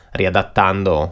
riadattando